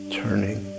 turning